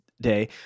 day